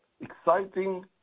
exciting